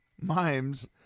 mimes